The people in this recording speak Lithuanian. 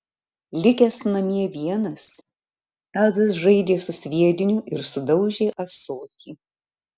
likęs namie vienas tadas žaidė su sviediniu ir sudaužė ąsotį